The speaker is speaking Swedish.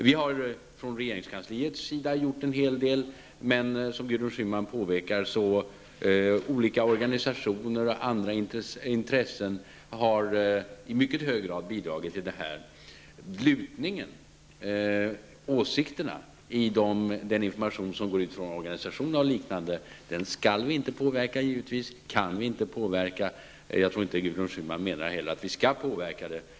Vi har från regeringskansliets sida gjort en hel del, men som Gudrun Schyman påpekar har olika organisationer och intressenter i mycket hög grad bidragit till den här ''lutningen'', åsikterna, i den information som gått ut från organisationerna. Den skall vi givetvis inte påverka, och vi kan inte heller påverka den. Jag tror inte att Gudrun Schyman menar heller att vi skall påverka den.